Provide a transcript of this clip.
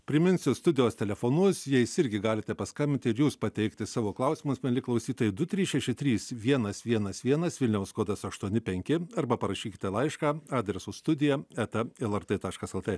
priminsiu studijos telefonus jais irgi galite paskambinti ir jūs pateikti savo klausimus mieli klausytojai du trys šeši trys vienas vienas vienas vilniaus kodas aštuoni penki arba parašykite laišką adresu studija eta lrt taškas lt